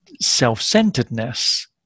self-centeredness